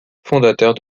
fondateur